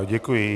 Děkuji.